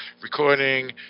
recording